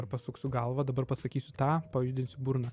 ar pasuksiu galvą dabar pasakysiu tą pajudinsiu burną